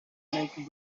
like